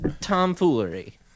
tomfoolery